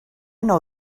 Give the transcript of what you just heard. know